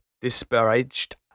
disparaged